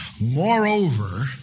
Moreover